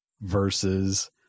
versus